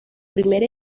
primer